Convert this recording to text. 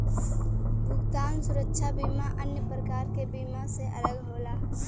भुगतान सुरक्षा बीमा अन्य प्रकार के बीमा से अलग होला